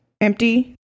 Empty